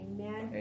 Amen